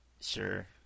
Sure